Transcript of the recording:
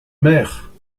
mère